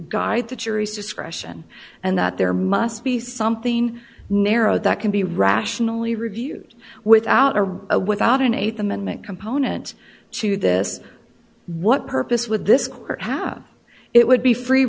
guide the jury's discretion and that there must be something narrow that can be rationally reviewed without a without an th amendment component to this what purpose with this court have it would be free